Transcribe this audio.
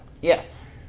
Yes